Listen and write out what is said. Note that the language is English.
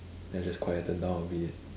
then I just quieten down a bit